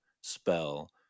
spell